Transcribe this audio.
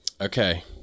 Okay